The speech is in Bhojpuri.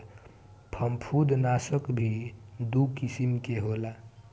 फंफूदनाशक भी दू किसिम के होला